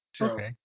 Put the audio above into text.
Okay